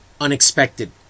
unexpected